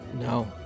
No